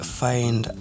find